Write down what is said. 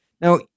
Now